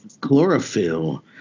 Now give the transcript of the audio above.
Chlorophyll